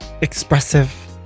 Expressive